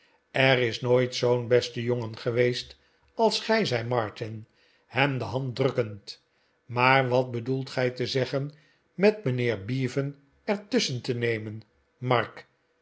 er is nooit zoo'n beste jongen geweest als gij zei martin hem de hand drukkend maar wat bedoelt gij te zeggen met mijnheer bevan er tusschen te nemen mark